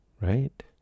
right